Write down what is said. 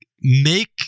make